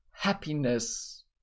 happiness